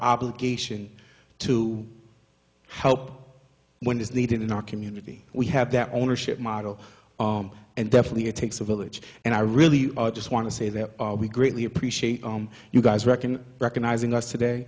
obligation to help when it's needed in our community we have that ownership model and definitely it takes a village and i really just want to say that we greatly appreciate you guys reckon recognizing us today